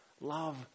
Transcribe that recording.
Love